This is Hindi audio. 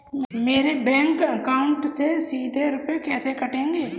मेरे बैंक अकाउंट से सीधे रुपए कैसे कटेंगे?